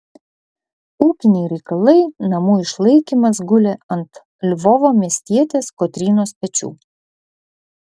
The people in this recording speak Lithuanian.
ūkiniai reikalai namų išlaikymas gulė ant lvovo miestietės kotrynos pečių